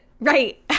Right